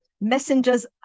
Messengers